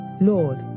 Lord